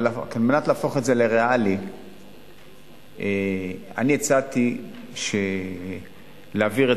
אבל על מנת להפוך את זה לריאלי אני הצעתי להעביר את